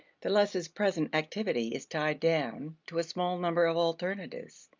the less his present activity is tied down to a small number of alternatives.